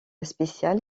spéciale